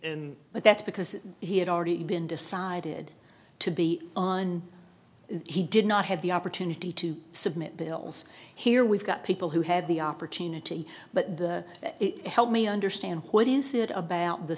in but that's because he had already been decided to be on he did not have the opportunity to submit bills here we've got people who have the opportunity but the help me understand what is it about the